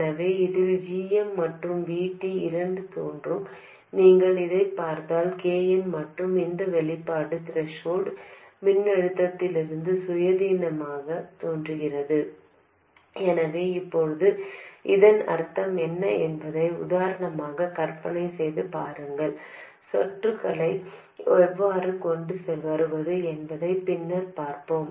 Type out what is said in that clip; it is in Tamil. எனவே இதில் gm மற்றும் V T இரண்டும் தோன்றும் நீங்கள் இதைப் பார்த்தால் k n மட்டுமே இந்த வெளிப்பாடு த்ரெஷோல்ட் மின்னழுத்தத்திலிருந்து சுயாதீனமாகத் தோன்றுகிறது எனவே இப்போது இதன் அர்த்தம் என்ன என்பதை உதாரணமாக கற்பனை செய்து பாருங்கள் சுற்றுகளை எவ்வாறு கொண்டு வருவது என்பதை பின்னர் பார்ப்போம்